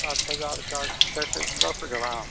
सात हजार का एक सेट दस ग्राम